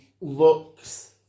looks